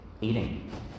eating